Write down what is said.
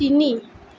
তিনি